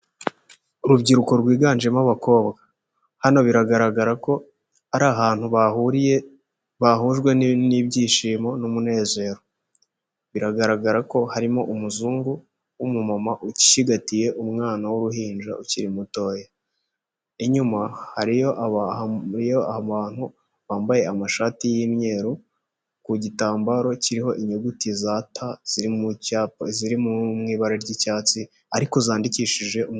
Urubyiruko rwiganjemo abakobwa. Hano biragaragara ko ari ahantu bahuriye bahujwe n'ibyishimo n'umunezero. Biragaragara ko harimo umuzungu w'umumama ucigatiye umwana w'uruhinja ukiri mutoya. Inyuma hariyo abantu bambaye amashati y'imyeru ku gitambaro kiriho inyuguti za ta ziri mu cyapa ziri mu ibara ry'icyatsi ariko zandikishije undi,..